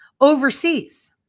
overseas